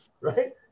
right